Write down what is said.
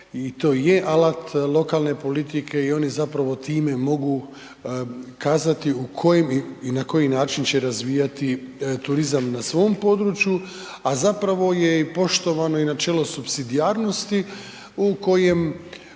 i to je alat lokalne politike i oni zapravo time mogu kazati u kojim i na koji način će razvijati turizam na svom području, a zapravo je i poštovano načelo supsidijarnosti u kojem